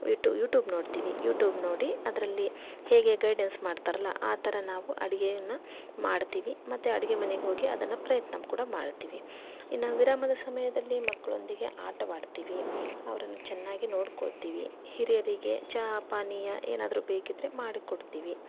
ಯೂಟೂ YouTube ನೋಡ್ತಿವಿ YouTube ನೋಡಿ ಅದರಲ್ಲಿ ಹೇಗೆ ಗೈಡೆನ್ಸ್ ಮಾಡ್ತಾರಲ್ಲ ಆ ಥರ ನಾವು ಅಡುಗೆಯನ್ನು ಮಾಡ್ತೀವಿ ಮತ್ತೆ ಅಡುಗೆ ಮನೆಗೆ ಹೋಗಿ ಅದನ್ನು ಪ್ರಯತ್ನ ಕೂಡ ಮಾಡ್ತೀವಿ ಇನ್ನು ವಿರಾಮದ ಸಮಯದಲ್ಲಿ ಮಕ್ಕಳೊಂದಿಗೆ ಆಟವಾಡ್ತೀವಿ ಅವರನ್ನು ಚೆನ್ನಾಗಿ ನೋಡಿಕೊಳ್ತೀವಿ ಹಿರಿಯರಿಗೆ ಚಹಾ ಪಾನೀಯ ಏನಾದರೂ ಬೇಕಿದ್ರೆ ಮಾಡಿಕೊಡ್ತೀವಿ